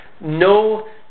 no